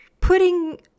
putting